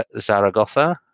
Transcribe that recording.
Zaragoza